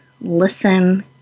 listen